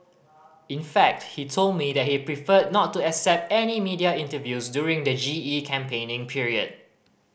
in fact he told me that he preferred not to accept any media interviews during the G E campaigning period